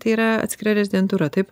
tai yra atskira rezidentūra taip